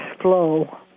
flow